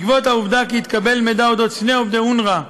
בעקבות העובדה שהתקבל מידע על אודות שני עובדי אונר"א